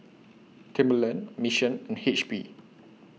Timberland Mission and H P